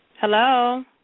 Hello